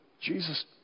Jesus